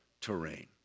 terrain